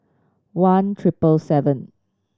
one triple seven